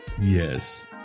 yes